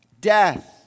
death